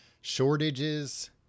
shortages